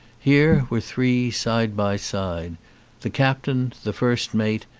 here were three side by side the captain, the first mate,